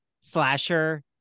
slasher